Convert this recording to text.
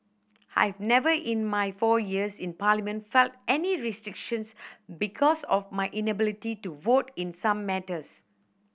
I've never in my four years in Parliament felt any restrictions because of my inability to vote in some matters